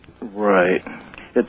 Right